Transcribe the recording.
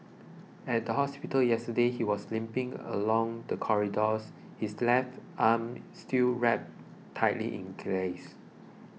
at the hospital yesterday he was limping along the corridors his left arm still wrapped tightly in graze